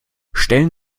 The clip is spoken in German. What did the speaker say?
stellen